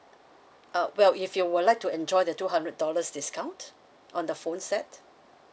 uh well if you would like to enjoy the two hundred dollars discount on the phone set